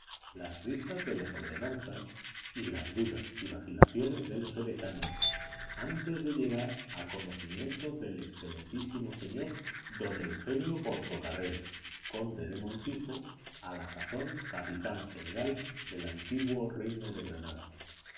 las risas de los ordenanzas y las dudas y vacilaciones de los edecanes antes de llegar a conocimiento del excelentísimo señor don eugenio portocarrero conde del montijo a la sazón capitán general del antiguo reino de granada